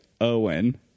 Owen